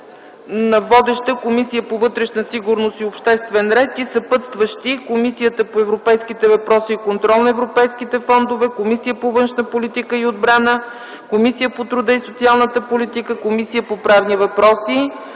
Комисия по вътрешна сигурност и обществен ред, и съпътстващи – Комисията по европейските въпроси и контрол на европейските фондове, Комисия по външна политика и отбрана, Комисия по труда и социалната политика, Комисия по правни въпроси.